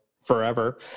forever